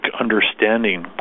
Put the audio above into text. understanding